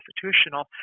constitutional